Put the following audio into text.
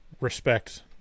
respect